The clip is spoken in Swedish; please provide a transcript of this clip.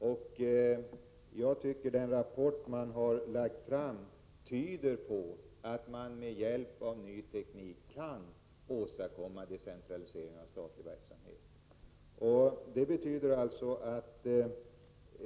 Enligt min uppfattning tyder den rapport som man har lagt fram på att man med hjälp av ny teknik kan åstadkomma en decentralisering av statlig verksamhet.